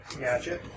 Gotcha